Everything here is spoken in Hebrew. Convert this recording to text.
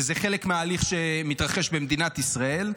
וזה חלק מהתהליך שמתרחש במדינת ישראל.